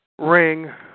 ring